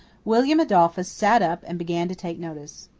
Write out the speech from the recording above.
william adolphus sat up and began to take notice.